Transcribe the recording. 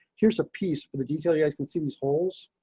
here's a piece of the detail you can see these holes.